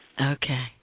Okay